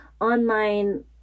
online